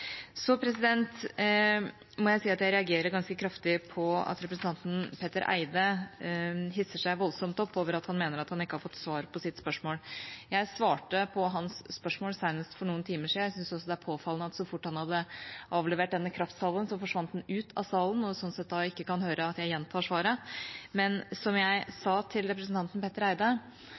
Så må jeg si at jeg reagerer ganske kraftig på at representanten Petter Eide hisser seg voldsomt opp fordi han mener at han ikke har fått svar på sitt spørsmål. Jeg svarte på hans spørsmål senest for noen timer siden. Jeg syns også det er påfallende at så fort han hadde avlevert denne kraftsalven, forsvant han ut av salen og sånn sett ikke kan høre at jeg gjentar svaret. Som jeg sa til representanten Petter Eide,